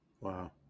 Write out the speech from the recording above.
Wow